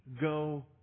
go